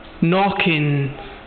knocking